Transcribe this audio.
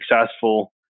successful